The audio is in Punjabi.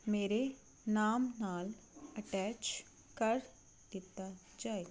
ਮੇਰੇ ਨਾਮ ਨਾਲ ਅਟੈਚ ਕਰ ਦਿੱਤਾ ਜਾਵੇ